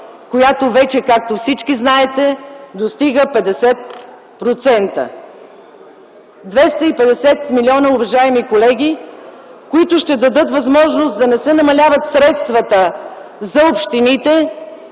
която вече, както всички знаете, достига 50% - 250 милиона, уважаеми колеги, които ще дадат възможност да не се намаляват средствата за общините,